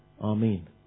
Amen